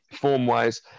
form-wise